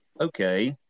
okay